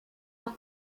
auch